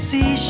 See